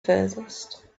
furthest